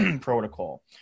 protocol